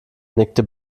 nickte